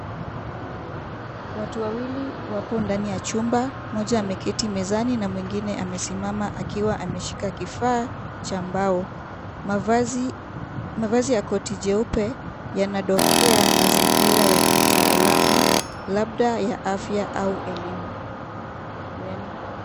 Watu wawili wapo ndani ya chumba. Mmoja ameketi mezani na mwingine amesimama akiwa ameshika kifaa cha mbao. Mavazi ya koti jeupe yanadokea mazingira ya kitaalamu, labda ya afya au elimu.